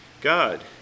God